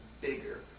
bigger